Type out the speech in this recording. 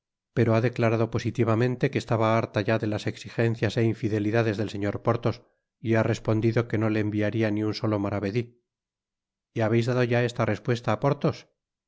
pero ha declarado positivamente que estaba harta ya de las exigencias é infidelidades del señor porthos y ha respondido que no le enviaría ni un solo maravedi y habeis dado ya esta rcspnesta á porthos